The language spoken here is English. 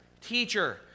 Teacher